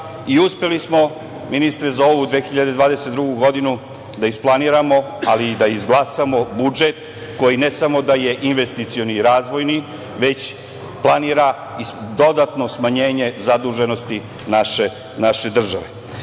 virusa. Uspeli smo, ministre, za ovu 2022. godinu da isplaniramo, ali i da izglasamo budžet, koji ne samo da je investicioni i razvojni, već planira i dodatno smanjenje zaduženosti naše